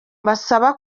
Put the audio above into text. mbasaba